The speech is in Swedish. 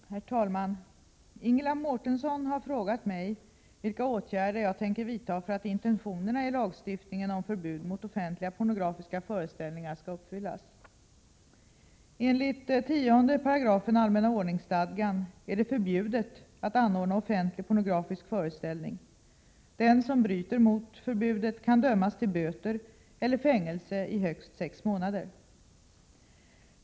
Herr talman! Ingela Mårtensson har frågat mig vilka åtgärder jag tänker vidta för att intentionerna i lagstiftningen om förbud mot offentliga pornografiska föreställningar skall uppfyllas. Enligt 10 § allmänna ordningsstadgan är det förbjudet att anordna offentlig pornografisk föreställning. Den som bryter mot förbudet kan dömas till böter eller fängelse i högst sex månader.